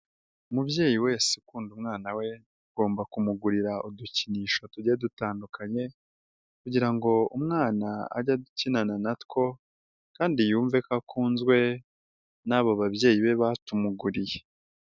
Umubyeyi wese ukunda umwana we agomba kumugurira udukinisho tujyiye dutandukanye kugira ngo umwana ajye akinana natwo kandi yumve ko akunzwe n'abo babyeyi be batumuguriye.